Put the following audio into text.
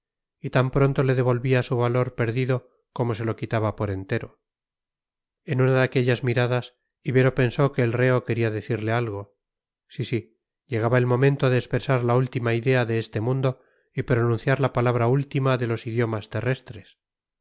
y tan pronto le devolvía su valor perdido como se lo quitaba por entero en una de aquellas miradas ibero pensó que el reo quería decirle algo sí sí llegaba el momento de expresar la última idea de este mundo y pronunciar la palabra última de los idiomas terrestres